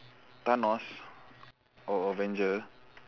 thanos oh avenger